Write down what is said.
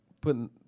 putting